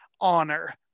honor